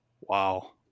Wow